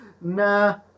Nah